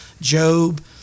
Job